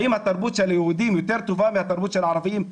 האם התרבות של היהודים יותר טובה מהתרבות של הערבים?